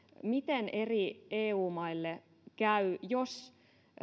miten eri eu maille käy jos